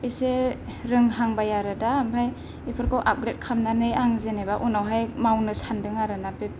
एसे रोंहांबाय आरो दा आमफ्राय बेफोरखौ आपग्रेद खालामनानै आं जेनेबा उनावहाय मावनो सान्दों आरो ना बे